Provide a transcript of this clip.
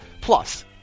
plus